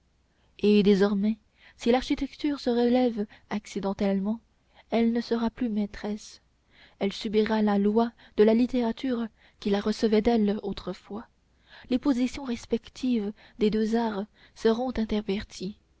et désormais si l'architecture se relève accidentellement elle ne sera plus maîtresse elle subira la loi de la littérature qui la recevait d'elle autrefois les positions respectives des deux arts seront interverties